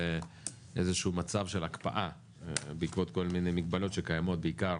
באיזשהו מצב של הקפאה בעקבות כל מיני מגבלות שקיימות בעיקר